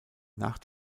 nach